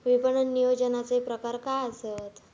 विपणन नियोजनाचे प्रकार काय आसत?